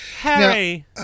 Harry